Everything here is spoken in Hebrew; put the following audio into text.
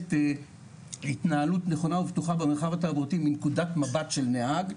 שמלמדת התנהלות נכונה ובטוחה במרחב התעבורתי מנקודת מבט של נהג,